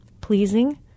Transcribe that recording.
pleasing